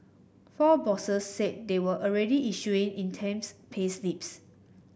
four bosses said they were already issuing itemised payslips